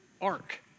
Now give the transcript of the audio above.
ark